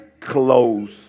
close